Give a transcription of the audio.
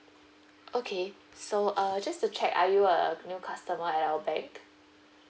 okay so err just to check are you a new customer at our bank